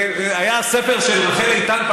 היה ספר של רחל איתן,